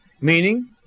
meaning